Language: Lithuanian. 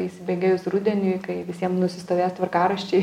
įsibėgėjus rudeniui kai visiem nusistovės tvarkaraščiai